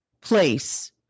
place